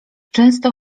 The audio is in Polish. często